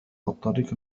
الطريق